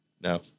no